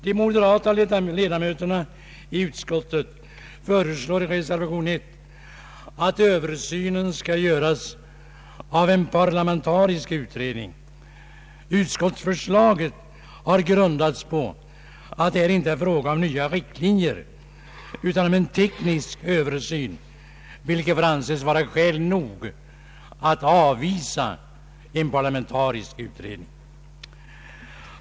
De moderata ledamöterna i utskottet föreslår i reservation 1 att översynen skall göras av en parlamentarisk utredning. Utskottsförslaget har grundats på att här inte är fråga om nya riktlinjer utan om en teknisk översyn, vilket får anses vara skäl nog att avvisa en parlamentarisk utredning.